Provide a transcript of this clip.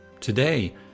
Today